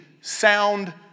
sound